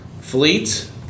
Fleet